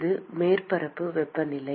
இது மேற்பரப்பு வெப்பநிலை